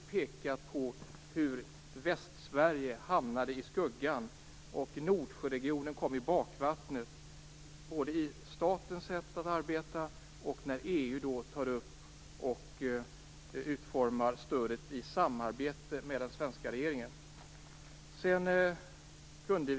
Där pekas på hur Västsverige hamnade i skuggan och Nordsjöregionen kom i bakvattnet, både när det gäller statens sätt att arbeta och EU:s utformning av stödet i samarbete med den svenska regeringen.